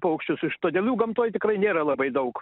paukščius iš todėl jų gamtoj tikrai nėra labai daug